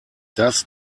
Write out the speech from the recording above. das